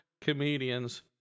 comedians